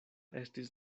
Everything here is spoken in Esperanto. estis